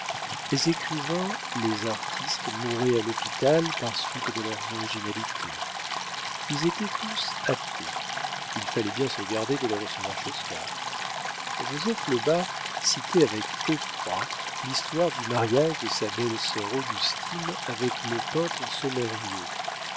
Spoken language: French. les écrivains les artistes mouraient à l'hôpital par suite de leurs originalités ils étaient tous athées il fallait bien se garder de les recevoir chez soi joseph lebas citait avec effroi l'histoire du mariage de sa belle-sœur augustine avec le peintre